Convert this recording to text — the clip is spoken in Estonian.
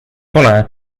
pole